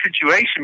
situation